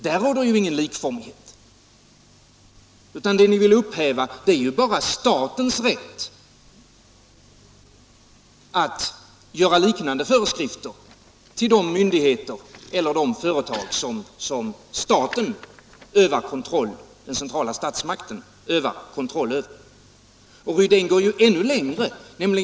Där råder ju ingen likformighet, utan det ni vill upphäva är bara statens rätt att utfärda liknande föreskrifter till de myndigheter eller de företag som den centrala statsmakten övar kontroll över. Herr Rydén går ändå längre.